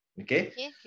okay